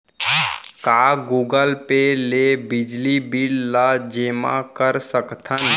का Google Pay ले बिजली बिल ल जेमा कर सकथन?